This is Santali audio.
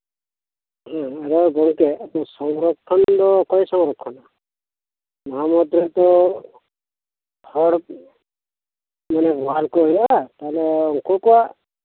ᱦᱮᱸ ᱟᱫᱚ ᱜᱚᱝᱠᱮ ᱥᱚᱝᱨᱚᱠᱷᱚᱱ ᱫᱚ ᱚᱠᱚᱭ ᱥᱚᱝᱨᱚᱠᱷᱚᱱᱟ ᱱᱚᱣᱟ ᱢᱚᱫᱷᱮᱨᱮᱫᱚ ᱦᱚᱲ ᱢᱟᱱᱮ ᱵᱚᱦᱟᱞᱠᱩ ᱦᱩᱭᱩᱜ ᱟ ᱛᱟᱦᱚᱞᱮ ᱩᱱᱠᱩᱠᱚᱣᱟᱜ